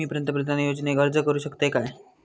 मी पंतप्रधान योजनेक अर्ज करू शकतय काय?